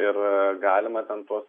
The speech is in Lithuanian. ir galima ten tuos